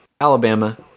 Alabama